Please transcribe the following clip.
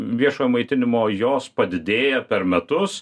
viešojo maitinimo jos padidėja per metus